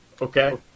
Okay